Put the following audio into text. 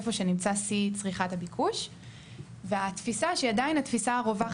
מה ששמענו פה על לשטח את עקומת הצריכה; לצמצם אובדן